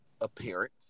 appearance